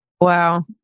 Wow